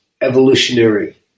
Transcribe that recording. evolutionary